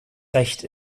recht